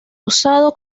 usado